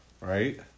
right